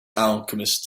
alchemist